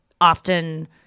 often